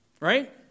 right